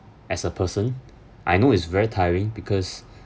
as a person I know it's very tiring because